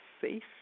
safe